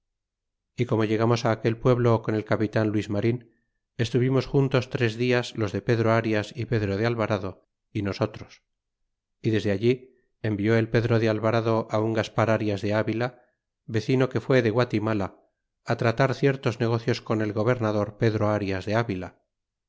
y como llegamos aaquel pueblo coa el capitan luis marin estuvimos juntos tres dias los de pedro arias y pedro de alvarade y nosotros y desde allí envió et pedro de alvarado un gaspar arias de avila vecino que fué de guatimala tratar ciertos negocios con el gobernador pedro arias de avila